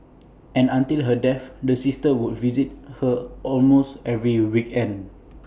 and until her death the sisters would visit her almost every weekend